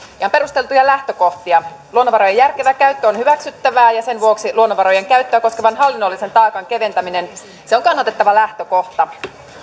ihan perusteltuja lähtökohtia luonnonvarojen järkevä käyttö on hyväksyttävää ja sen vuoksi luonnonvarojen käyttöä koskevan hallinnollisen taakan keventäminen on kannatettava lähtökohta